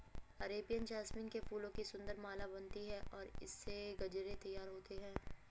Arabian jasmine के फूलों की सुंदर माला बनती है और इससे गजरे तैयार होते हैं